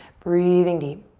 breathing deep.